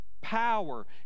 power